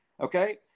okay